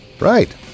right